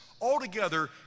Altogether